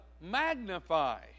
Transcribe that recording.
magnify